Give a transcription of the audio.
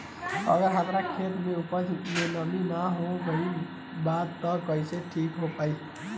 अगर हमार खेत में उपज में नमी न हो गइल बा त कइसे ठीक हो पाई?